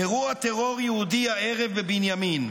אירוע טרור יהודי הערב בבנימין: